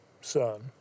son